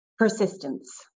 Persistence